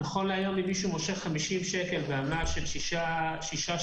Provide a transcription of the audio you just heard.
נכון להיום אם מישהו מושך 50 שקלים בעמלה של שישה שקלים,